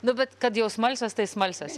nu bet kad jau smalsios tai smalsios